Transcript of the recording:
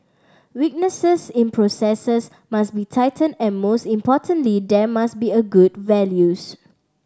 weaknesses in processes must be tightened and most importantly there must be a good values